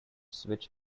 switch